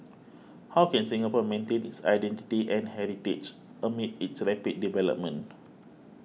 how can Singapore maintain its identity and heritage amid its rapid development